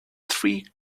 three